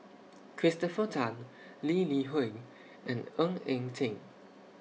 Christopher Tan Lee Li Hui and Ng Eng Teng